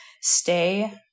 stay